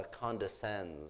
condescends